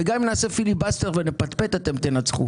גם אם נעשה פיליבסטר ונפטפט, אתם תנצחו.